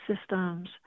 systems